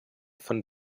von